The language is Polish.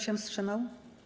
się wstrzymał?